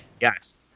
Yes